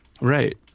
Right